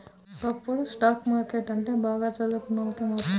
ఒకప్పుడు stock market అంటే బాగా చదువుకున్నోళ్ళకి మాత్రమే తెలిసేది